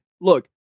look